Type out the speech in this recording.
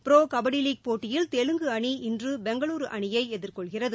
bro kabaddi league போட்டியில் தெலுங்கு அணி இன்று பெங்களுரு அணியை எதிர் கொள்கிறது